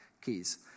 keys